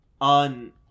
on